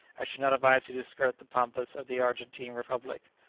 i should not advise you to skirt the pampas of the argentine republic.